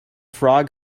frog